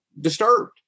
disturbed